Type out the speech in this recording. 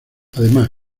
además